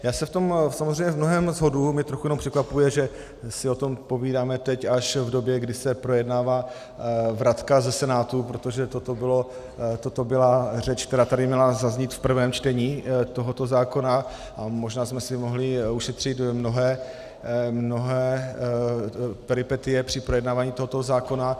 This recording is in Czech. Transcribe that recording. Já se v tom samozřejmě v mnohém shoduji, mě jenom překvapuje, že si o tom povídáme teď až v době, kdy se projednává vratka ze Senátu, protože toto byla řeč, která tady měla zaznít v prvém čtení tohoto zákona, a možná jsme si mohli ušetřit mnohé peripetie při projednávání tohoto zákona.